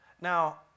Now